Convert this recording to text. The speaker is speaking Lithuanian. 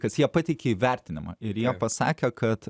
kad jie patiki vertinama ir jie pasakė kad